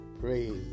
Praise